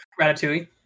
Ratatouille